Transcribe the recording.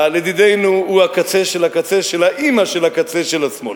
לדידנו הוא הקצה של הקצה של האמא של הקצה של השמאל.